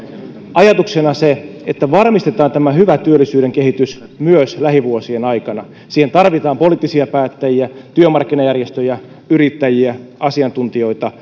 ajatuksena se että varmistetaan tämä hyvä työllisyyden kehitys myös lähivuosien aikana siihen tarvitaan poliittisia päättäjiä työmarkkinajärjestöjä yrittäjiä asiantuntijoita